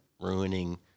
ruining